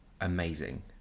amazing